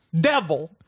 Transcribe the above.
devil